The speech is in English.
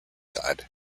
side